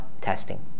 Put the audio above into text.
testing